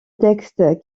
texte